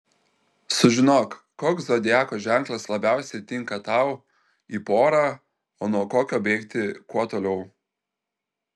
sužinok koks zodiako ženklas labiausiai tinka tau į porą o nuo kokio bėgti kuo toliau